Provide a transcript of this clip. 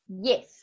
Yes